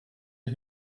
who